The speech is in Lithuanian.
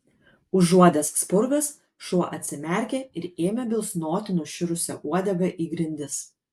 užuodęs spurgas šuo atsimerkė ir ėmė bilsnoti nušiurusia uodega į grindis